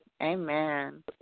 Amen